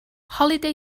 holiday